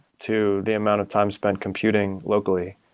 to the amount of time spent computing locally.